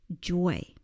joy